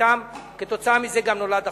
מזה גם נולד החוק.